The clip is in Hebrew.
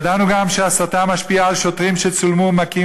ידענו גם שהסתה משפיעה על שוטרים שצולמו מכים